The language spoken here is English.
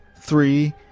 three